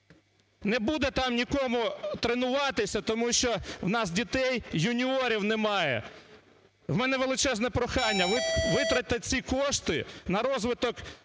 Не буде там нікому тренуватися, тому що в нас дітей-юніорів немає. В мене величезне прохання: витратьте ці кошти на розвиток